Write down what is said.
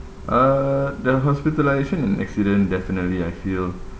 uh the hospitalisation and accident definitely I feel